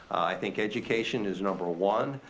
think education is number one.